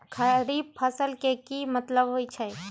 खरीफ फसल के की मतलब होइ छइ?